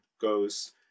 goes